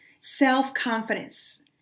self-confidence